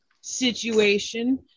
situation